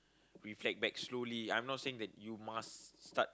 reflect back slowly I'm not saying that you must start